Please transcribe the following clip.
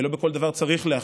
ולא בכל דבר צריך להכריע,